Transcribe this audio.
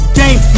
game